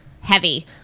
heavy